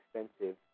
expensive